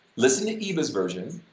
listen to eva's version,